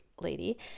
lady